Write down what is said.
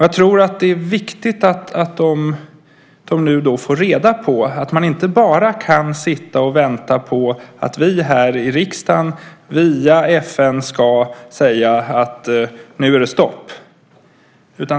Jag tror att det är viktigt att de nu får reda på att man inte bara kan sitta och vänta på att vi här i riksdagen via FN ska säga att nu är det stopp.